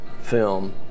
film